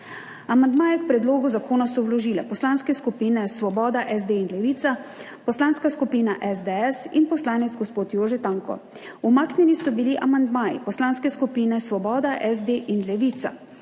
Amandmaje k predlogu zakona so vložile poslanske skupine Svoboda, SD in Levica, Poslanska skupina SDS in poslanec Jože Tanko. Umaknjeni so bili amandmaji Poslanske skupine Svoboda, SD in Levica.